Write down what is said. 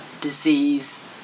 disease